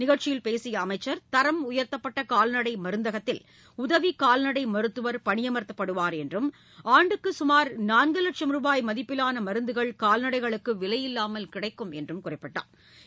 நிகழ்ச்சியில் பேசிய அமைச்சர் தரம் உயர்த்தப்பட்ட கால்நடை மருந்தகத்தில் உதவி கால்நடை மருத்துவர் பணியமர்த்தப்படுவார் என்றும் ஆண்டுக்கு சுமார் நான்கு வட்சம் ரூபாய் மதிப்பிலான மருந்துகள் கால்நடைகளுக்கு விலையில்லாமல் கிடைக்கும் என்றும் குறிப்பிட்டடர்